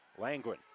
Langwin